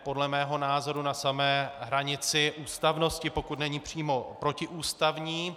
Podle mého názoru je na samé hranici ústavnosti, pokud není přímo protiústavní.